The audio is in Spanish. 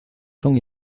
son